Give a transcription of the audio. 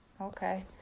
okay